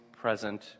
present